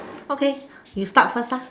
okay you start first lah